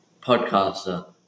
podcaster